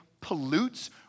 pollutes